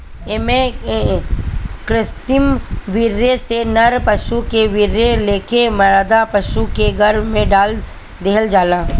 एमे कृत्रिम वीर्य से नर पशु के वीर्य लेके मादा पशु के गर्भ में डाल देहल जाला